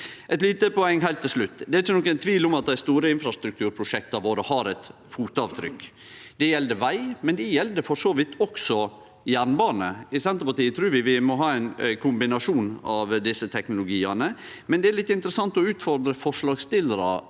Eit lite poeng heilt til slutt: Det er ikkje nokon tvil om at dei store infrastrukturprosjekta våre har eit fotavtrykk. Det gjeld veg, men det gjeld for så vidt også jernbane. I Senterpartiet trur vi vi må ha ein kombinasjon av desse teknologiane, men det er litt interessant å utfordre forslagsstillarane